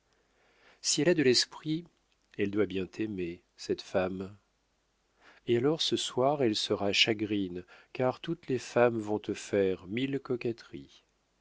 si elle a de l'esprit elle doit bien t'aimer cette femme et alors ce soir elle sera chagrine car toutes les femmes vont te faire mille coquetteries